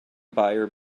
buyer